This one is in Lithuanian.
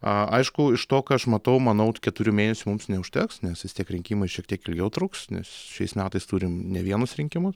aišku iš to ką aš matau manau keturių mėnesių mums neužteks nes vis tiek rinkimai šiek tiek ilgiau truks nes šiais metais turime ne vienus rinkimus